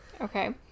Okay